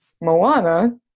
Moana